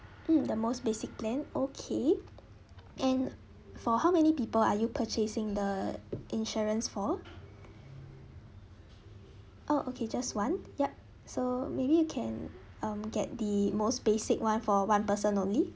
mm the most basic plan okay and for how many people are you purchasing the insurance for oh okay just one yup so maybe you can um get the most basic one for one person only